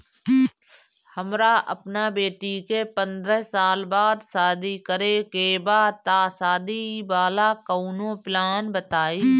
हमरा अपना बेटी के पंद्रह साल बाद शादी करे के बा त शादी वाला कऊनो प्लान बताई?